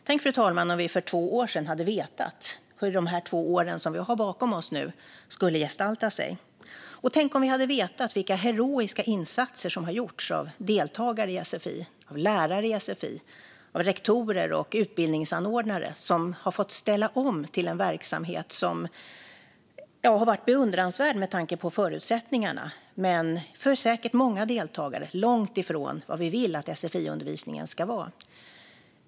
Tänk, fru talman, om vi för två år sedan hade vetat hur de två år som vi nu har bakom oss skulle gestalta sig. Tänk om vi hade vetat vilka heroiska insatser som har gjorts av deltagare i sfi, lärare i sfi, rektorer och utbildningsanordnare. De har fått ställa om till en verksamhet som har varit beundransvärd med tanke på förutsättningarna. Men det har säkert för många deltagare varit långt ifrån vad vi vill att sfi-undervisningen ska vara.